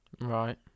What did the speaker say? Right